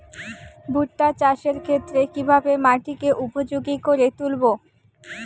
ভুট্টা চাষের ক্ষেত্রে কিভাবে মাটিকে উপযোগী করে তুলবো?